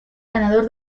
ganador